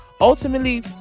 ultimately